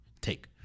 take